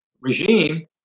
regime